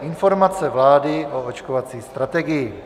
Informace vlády o očkovací strategii